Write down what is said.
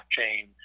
blockchain